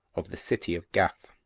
of the city of gath,